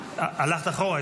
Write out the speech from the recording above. הלכת אחורה,